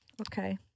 Okay